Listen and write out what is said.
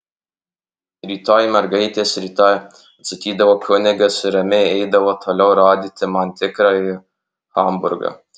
rytoj mergaitės rytoj atsakydavo kunigas ir ramiai eidavo toliau rodyti man tikrąjį hamburgą